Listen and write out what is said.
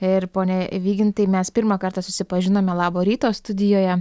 ir pone vygintai mes pirmą kartą susipažinome labo ryto studijoje